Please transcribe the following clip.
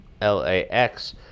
LAX